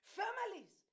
families